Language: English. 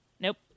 Nope